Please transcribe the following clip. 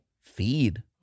feed